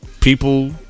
People